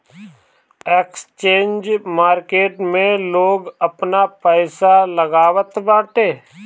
exchange market में लोग आपन पईसा लगावत बाटे